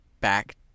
back